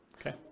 Okay